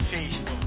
Facebook